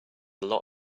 lot